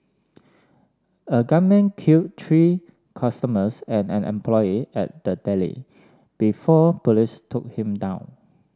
a gunman killed three customers and an employee at the Deli before police took him down